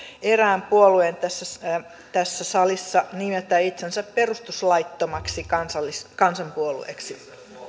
erään puolueen tässä tässä salissa nimetä itsensä perustuslaittomaksi kansanpuolueeksi